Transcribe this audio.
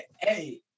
Hey